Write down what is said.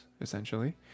essentially